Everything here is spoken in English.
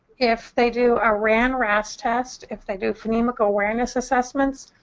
if they do a ran-ras test, if they do phonemic awareness assessments,